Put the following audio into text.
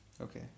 Okay